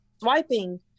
swiping